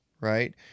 right